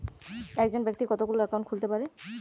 একজন ব্যাক্তি কতগুলো অ্যাকাউন্ট খুলতে পারে?